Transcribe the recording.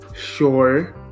sure